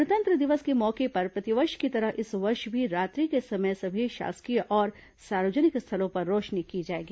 गणतंत्र दिवस के मौके पर प्रतिवर्ष की तरह इस वर्ष भी रात्रि के समय सभी शासकीय और सार्वजनिक स्थलों पर रौशनी की जाएगी